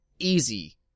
easy